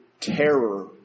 terror